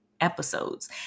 episodes